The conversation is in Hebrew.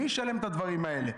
מי ישלם את הדברים האלה?